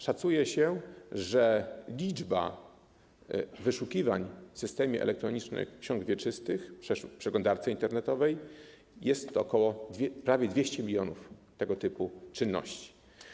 Szacuje się, że liczba wyszukań w systemie elektronicznych ksiąg wieczystych w przeglądarce internetowej to prawie 200 mln tego typu czynności.